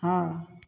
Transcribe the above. हँ